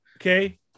okay